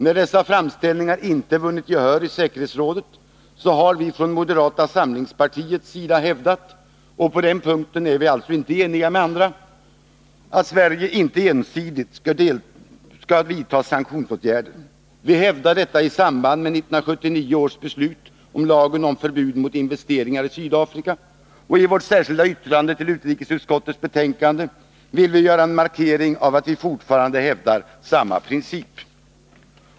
När dessa framställningar inte har vunnit gehör i säkerhetsrådet, har vi från moderata samlingspartiets sida hävdat — och på den punkten är vi alltså inte eniga med andra — att Sverige inte ensidigt skall vidta sanktioner. Vi hävdade detta i samband med 1979 års beslut om lagen om förbud mot investeringar i Sydafrika, och i vårt särskilda yttrande till utrikesutskottets betänkande vill vi göra en markering att vi fortfarande hävdar samma princip.